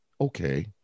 okay